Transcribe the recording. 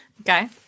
Okay